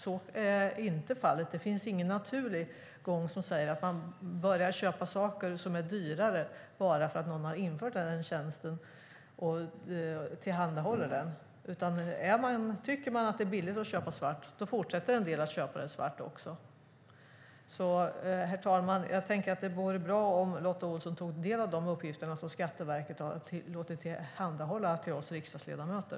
Så är inte fallet. Det finns ingen naturlig gång som säger att man börjar köpa sådant som är dyrare bara för att man tillhandahåller möjligheten att göra RUT-avdrag för det. Tycker man att det är billigt att köpa svart fortsätter en del att köpa svart. Herr talman! Det vore bra om Lotta Olsson tog del av de uppgifter som Skatteverket har tillhandahållit oss riksdagsledamöter.